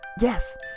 Yes